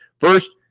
First